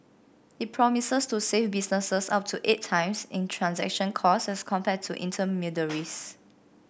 it promises to save businesses up to eight times in transaction costs as compared to intermediaries